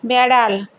বিড়াল